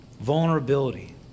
vulnerability